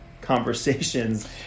conversations